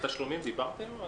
על התשלומים דיברתם?